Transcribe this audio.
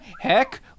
heck